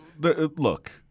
Look